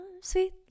sweet